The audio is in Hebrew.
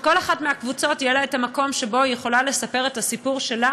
שלכל אחת מהקבוצות יהיה את המקום שבו היא יכולה לספר את הסיפור שלה,